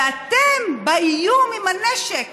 ואתם באיום עם הנשק